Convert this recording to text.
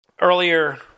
earlier